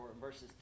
verses